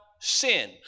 sin